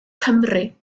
cymru